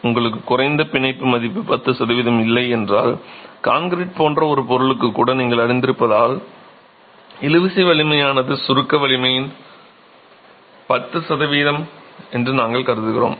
உங்களுக்கு குறைந்த பிணைப்பு மதிப்பு 10 சதவிகிதம் இல்லை என்றால் கான்கிரீட் போன்ற ஒரு பொருளுக்கு கூட நீங்கள் அறிந்திருப்பதால் இழுவிசை வலிமையானது சுருக்க வலிமையின் 10 சதவிகிதம் என்று நாங்கள் கருதுகிறோம்